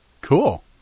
Cool